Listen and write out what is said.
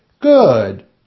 good